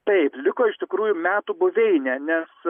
taip liko iš tikrųjų metų buveinė nes